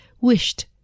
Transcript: wished